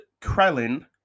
Krellin